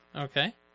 Okay